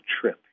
trip